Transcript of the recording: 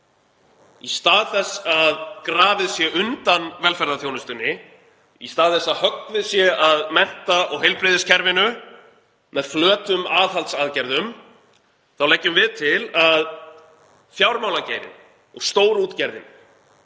Í stað þess að grafið sé undan velferðarþjónustunni, í stað þess að höggvið sé að mennta- og heilbrigðiskerfinu með flötum aðhaldsaðgerðum þá leggjum við til að fjármálageirinn og stórútgerðin